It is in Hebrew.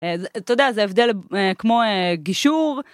אתה יודע זה הבדל כמו גישור.